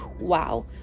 wow